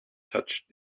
touched